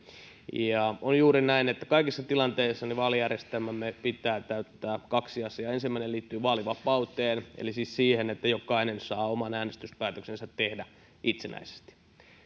on juuri näin että kaikissa tilanteissa vaalijärjestelmämme pitää täyttää kaksi asiaa ensimmäinen liittyy vaalivapauteen eli siis siihen että jokainen saa oman äänestyspäätöksensä tehdä itsenäisesti